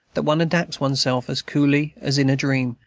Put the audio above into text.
that one adapts one's self, as coolly as in a dream,